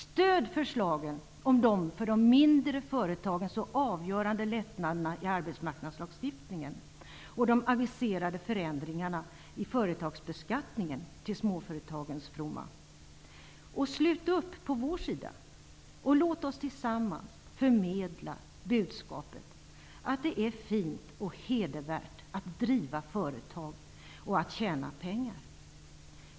Stöd förslagen om de för de mindre företagen så avgörande lättnaderna i arbetsmarknadslagstiftningen och de aviserade förändringarna i företagsbeskattningen till småföretagens fromma. Slut upp på vår sida. Låt oss tillsammans förmedla budskapet att det är fint och hedervärt att driva företag och att tjäna pengar.